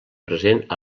present